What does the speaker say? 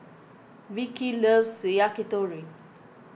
Vikki loves Yakitori